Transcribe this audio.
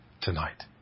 tonight